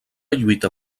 lluita